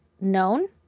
known